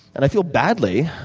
and i feel badly,